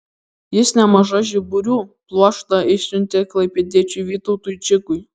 jis nemažą žiburių pluoštą išsiuntė klaipėdiečiui vytautui čigui